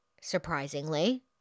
surprisingly